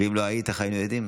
אם לא היית, איך היינו יודעים?